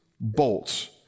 bolts